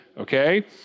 okay